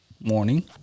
Morning